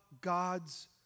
God's